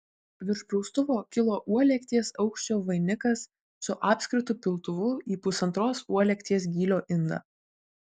virš praustuvo kilo uolekties aukščio vainikas su apskritu piltuvu į pusantros uolekties gylio indą